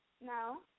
no